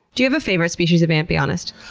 do you have a favorite species of ant? be honest.